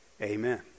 Amen